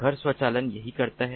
घर स्वचालन यही करता है